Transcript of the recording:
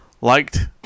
liked